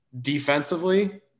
defensively